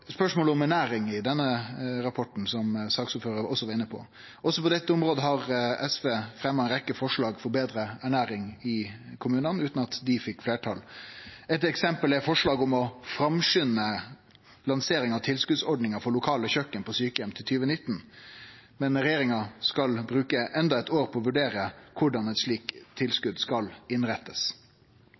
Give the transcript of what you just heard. om ernæring i denne rapporten, som saksordføraren òg var inne på. Også på dette området har SV fremja ei rekkje forslag – forslag til betre ernæring i kommunane – utan at dei fekk fleirtal. Eit eksempel er forslaget om å framskynde lanseringa av tilskotsordninga for lokale kjøkken på sjukeheimar til 2019. Men regjeringa skal bruke endå eit år på å vurdere korleis eit slikt tilskot skal innrettast.